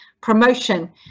promotion